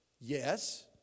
yes